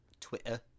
Twitter